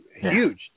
Huge